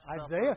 Isaiah